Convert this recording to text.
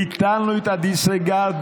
ביטלנו את הדיסרגרד,